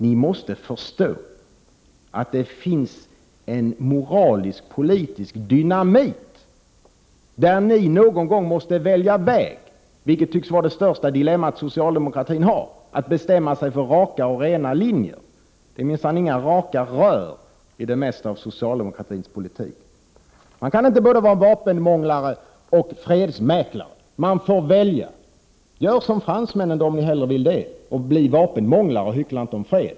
Ni måste förstå att det finns en moralisk-politisk dynamit och att ni någon gång måste välja väg, vilket tycks vara det största dilemma som socialdemokratin har — att bestämma sig för raka och rena linjer. Det är minsann inte några ”raka rör” i det mesta av socialdemokratins politik. Man kan inte vara både vapenmånglare och fredsmäklare, utan man får välja. Gör som fransmännen, om ni hellre vill det — bli vapenmånglare och hyckla inte om fred.